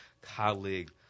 colleague